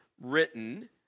written